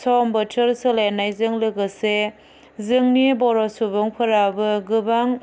सम बोथोर सोलायनायजों लोगोसे जोंनि बर' सुबुंफोराबो गोबां